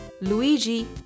Luigi